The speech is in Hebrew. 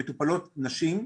מטופלות שהן נשים,